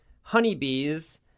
honeybees